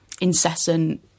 incessant